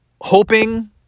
hoping